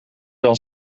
dan